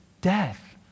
death